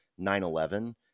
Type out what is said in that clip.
9-11